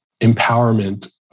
empowerment